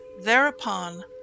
Thereupon